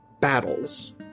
battles